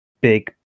big